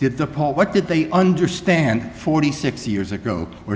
that the paul what did they understand forty six years ago or